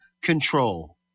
control